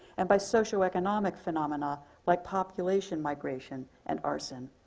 and by social economic phenomenon like population migration and arson.